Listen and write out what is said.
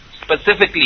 specifically